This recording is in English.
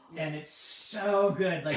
and it's so good. like